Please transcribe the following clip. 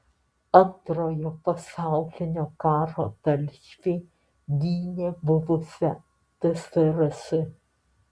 antrojo pasaulinio karo dalyviai gynė buvusią tsrs